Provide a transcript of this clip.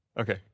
Okay